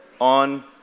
on